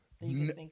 No